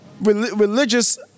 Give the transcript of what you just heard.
religious